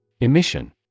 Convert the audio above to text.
Emission